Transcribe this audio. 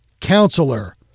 counselor